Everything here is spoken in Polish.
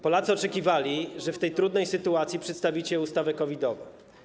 Polacy oczekiwali, że w tej trudnej sytuacji przedstawicie ustawę COVID-ową.